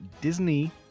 Disney+